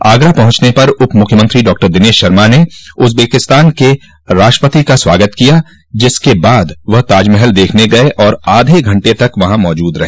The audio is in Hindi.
आगरा पहुंचने पर उपमुख्यमंत्री डॉक्टर दिनेश शर्मा ने उजबेकिस्तान के राष्ट्रपति का स्वागत किया जिसके बाद वह ताजमहल देखने गये और आधे घंटे तक वहां मौजूद रहे